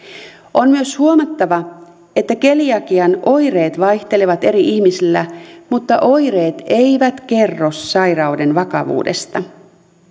on myös huomattava että keliakian oireet vaihtelevat eri ihmisillä mutta oireet eivät kerro sairauden vakavuudesta